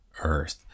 earth